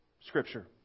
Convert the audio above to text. Scripture